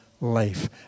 life